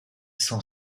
s’en